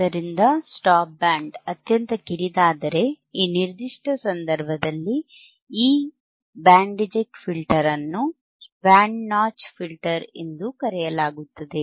ಆದ್ದರಿಂದ stop band ಅತ್ಯಂತ ಕಿರಿದಾದರೆ ಈ ನಿರ್ದಿಷ್ಟ ಸಂದರ್ಭದಲ್ಲಿ ಈ ಬ್ಯಾಂಡ್ ರಿಜೆಕ್ಟ್ ಫಿಲ್ಟರ್ ಅನ್ನು ಬ್ಯಾಂಡ್ ನಾಚ್ ಫಿಲ್ಟರ್ ಎಂದೂ ಕರೆಯಲಾಗುತ್ತದೆ